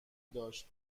داشت